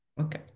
Okay